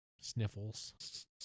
Sniffles